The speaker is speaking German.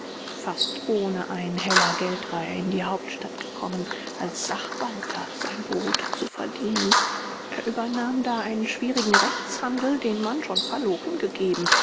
fast ohne einen heller geld war er in die hauptstadt gekommen als sachwalter sein brot zu verdienen er übernahm da einen schwierigen rechtshandel den man schon verloren gegeben